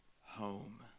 home